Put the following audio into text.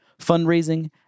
fundraising